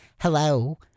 Hello